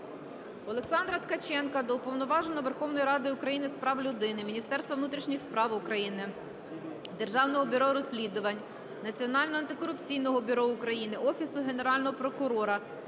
Олександра Ткаченка до Уповноваженого Верховної Ради України з прав людини, Міністерства внутрішніх справ України, Державного бюро розслідувань, Національного антикорупційного бюро України, Офісу Генерального прокурора